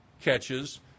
catches